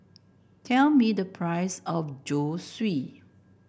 tell me the price of Zosui